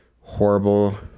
horrible